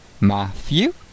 Matthew